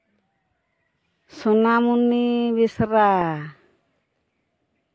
Sonamuni Besra